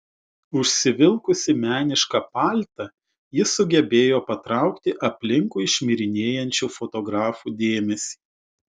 užsivilkusi menišką paltą ji sugebėjo patraukti aplinkui šmirinėjančių fotografų dėmesį